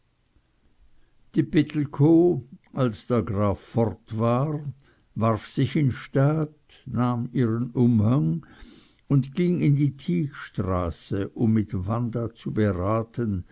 die pittelkow als der graf fort war warf sich in staat nahm ihren umhang und ging in die tieckstraße um mit wanda zu beraten